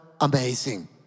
Amazing